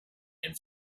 and